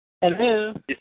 Hello